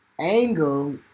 angle